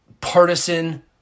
partisan